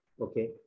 okay